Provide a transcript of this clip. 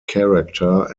character